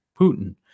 Putin